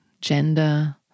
gender